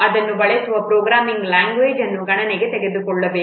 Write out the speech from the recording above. ಅದನ್ನು ಬಳಸುವ programming language ಅನ್ನು ಗಣನೆಗೆ ತೆಗೆದುಕೊಳ್ಳಬೇಕು